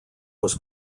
was